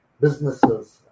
businesses